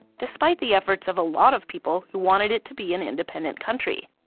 despite the efforts of a lot of people, who wanted it to be an independent country.